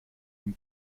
dem